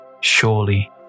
Surely